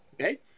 Okay